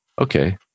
okay